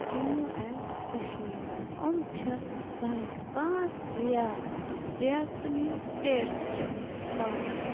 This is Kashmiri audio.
جمو ایٚنٛڈ کَشمیٖر یِم چھِ سانہِ پانٛژھ رِیاستہٕ رِیاستہٕ میٖنٕز سٹیٹس چھِ یِم پانٛژھ